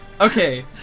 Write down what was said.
Okay